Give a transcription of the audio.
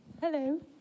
Hello